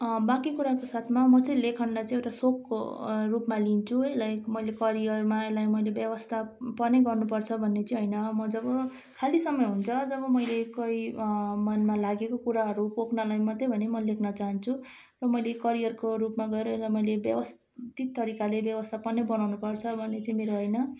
बाँकी कुराको साथमा म चाहिँ लेखनलाई चाहिँ एउटा सोखको रूपमा लिन्छु है लाइक मैले करियरमा यसलाई मैले व्यवस्था पनि गर्नुपर्छ भन्ने चाहिँ होइन म जब खाली समय हुन्छ जब मैले कहीँ मनमा लागेको कुराहरू पोख्नलाई म मात्रै भए पनि म लेख्न चाहन्छु र मैले करियरको रूपमा गरेर मैले व्यवस्थित तरिकाले व्यवसाय पनि बनाउनुपर्छ भन्ने चाहिँ मेरो होइन